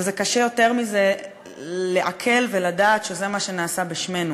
וקשה יותר מזה לעכל ולדעת שזה מה שנעשה בשמנו,